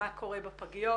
מה קורה בפגיות,